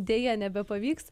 deja nebepavyks